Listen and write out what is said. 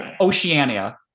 Oceania